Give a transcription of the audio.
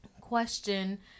question